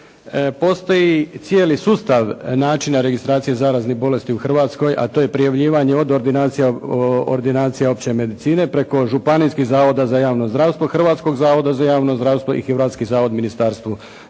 postoji cijeli sustav načina registracije zaraznih bolesti u Hrvatskoj, a to je prijavljivanje od ordinacija opće medicine preko županijskih zavoda za javno zdravstvo, Hrvatskog zavoda za javno zdravstvo i Hrvatski zavod Ministarstvu